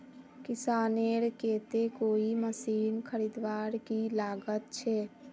किसानेर केते कोई मशीन खरीदवार की लागत छे?